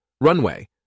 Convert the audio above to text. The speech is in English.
Runway